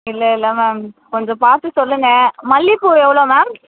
இல்லை இல்லை மேம் கொஞ்சம் பார்த்து சொல்லுங்கள் மல்லிகைப்பூ எவ்வளோ மேம்